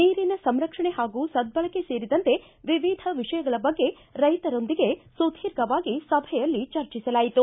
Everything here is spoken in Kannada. ನೀರಿನ ಸಂರಕ್ಷಣೆ ಹಾಗೂ ಸದ್ದಳಕೆ ಸೇರಿದಂತೆ ವಿವಿಧ ವಿಷಯಗಳ ಬಗ್ಗೆ ರೈತರೊಂದಿಗೆ ಸುದೀರ್ಘವಾಗಿ ಸಭೆಯಲ್ಲಿ ಚರ್ಚಿಸಲಾಯಿತು